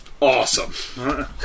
Awesome